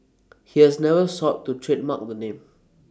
he has never sought to trademark the name